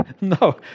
No